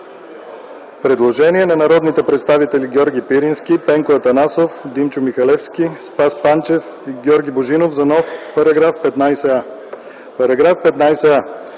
предложение на народните представители Георги Пирински, Пенко Атанасов, Димчо Михалевски, Спас Панчев и Георги Божинов за нов § 15а: „§ 15а.